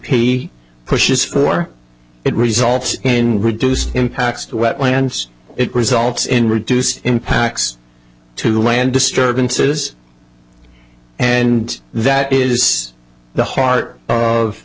p pushes for it results in reduced impacts to wetlands it results in reduced impacts to land disturbances and that is the heart of